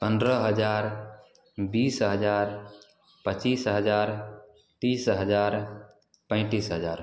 पन्द्रह हजार बीस हजार पचीस हजार तीस हजार पैंतीस हजार